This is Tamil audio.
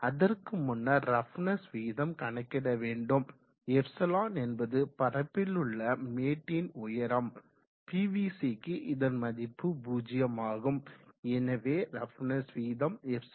அதற்கு முன்னர் ரஃப்னஸ் விகிதம் கணக்கிடவேண்டும் ε என்பது பரப்பிலுள்ள மேட்டின் உயரம் பிவிசிக்கு இதன் மதிப்பு 0 ஆகும் எனவே ரஃப்னஸ் விகிதம் ε d 0 ஆகும்